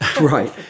Right